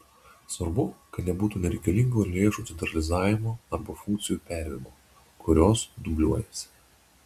svarbu kad nebūtų nereikalingo lėšų centralizavimo arba funkcijų perėmimo kurios dubliuojasi